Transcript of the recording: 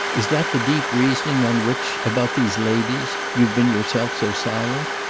is that the deep reasoning on which about these ladies you've been yourself so silent?